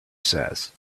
says